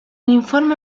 informe